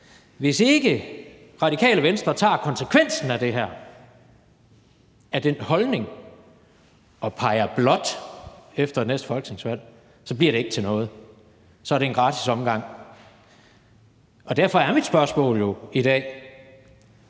hvis ikke Radikale Venstre tager konsekvensen af det her, af den holdning, og peger blåt efter næste folketingsvalg, så bliver det ikke til noget; så er det en gratis omgang. Derfor er mit spørgsmål i dag